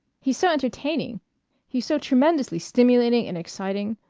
he's so entertaining he's so tremendously stimulating and exciting.